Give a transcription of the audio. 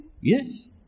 Yes